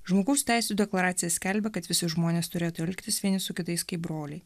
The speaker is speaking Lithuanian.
žmogaus teisių deklaracija skelbia kad visi žmonės turėtų elgtis vieni su kitais kaip broliai